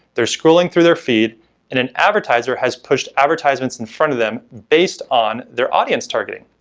they're scrolling through their feed and an advertiser has pushed advertisements in front of them based on their audience targeting.